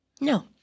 No